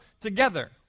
together